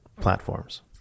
platforms